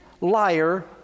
liar